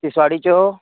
तिसवाडीच्यो